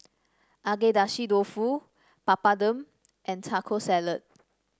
Agedashi Dofu Papadum and Taco Salad